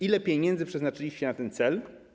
Ile pieniędzy przeznaczyliście na ten cel?